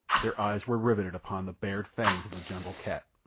their eyes were riveted upon the bared fangs of the jungle cat.